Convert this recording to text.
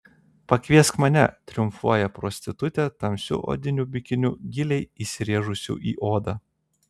pakviesk mane triumfuoja prostitutė tamsiu odiniu bikiniu giliai įsirėžusiu į odą